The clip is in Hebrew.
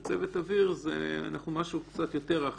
וצוות אוויר זה משהו קצת יותר רחב.